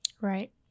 Right